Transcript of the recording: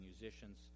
musicians